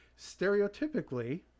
stereotypically